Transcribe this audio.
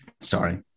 Sorry